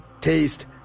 Taste